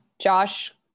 Josh